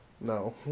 No